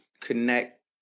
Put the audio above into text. Connect